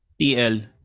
TL